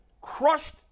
crushed